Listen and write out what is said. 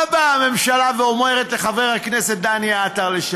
מה באה הממשלה ואומרת לחבר הכנסת לשעבר דני עטר?